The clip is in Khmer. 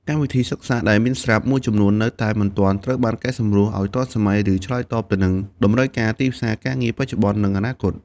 កម្មវិធីសិក្សាដែលមានស្រាប់មួយចំនួននៅតែមិនទាន់ត្រូវបានកែសម្រួលឱ្យទាន់សម័យ ឬឆ្លើយតបទៅនឹង តម្រូវការទីផ្សារការងារបច្ចុប្បន្ន និងអនាគត។